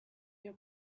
air